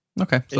Okay